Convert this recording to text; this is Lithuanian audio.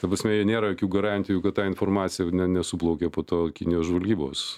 ta prasme nėra jokių garantijų kad ta informacija nesuplaukia po to kinijos žvalgybos